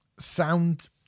sound